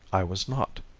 i was not.